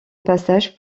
passage